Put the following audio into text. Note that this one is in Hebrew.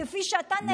כפי שאתה נאלצת להמתין.